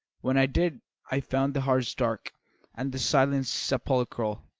when i did i found the house dark and the silence sepulchral.